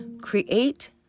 create